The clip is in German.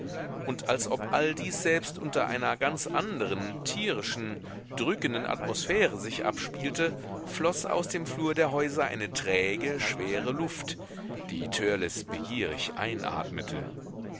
und als ob all dies selbst unter einer ganz anderen tierischen drückenden atmosphäre sich abspielte floß aus dem flur der häuser eine träge schwere luft die törleß begierig einatmete